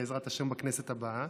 בעזרת השם, בכנסת הבאה.